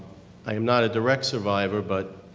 i am not a direct survivor but